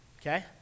Okay